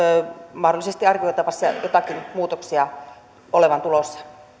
mahdollisesti arvioitavissa jotakin muutoksia olevan tulossa